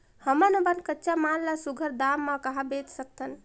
हमन अपन कच्चा माल ल सुघ्घर दाम म कहा बेच सकथन?